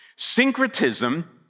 Syncretism